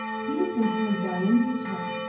he was thinking of dain's return,